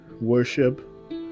worship